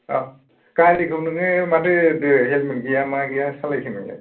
अ गारिखौ नोङो माथो हेलमेट गैया मा गैया सालायखो नोंलाय